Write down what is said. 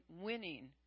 winning